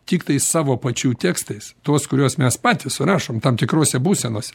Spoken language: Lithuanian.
tiktai savo pačių tekstais tuos kuriuos mes patys surašom tam tikrose būsenose